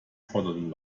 fordert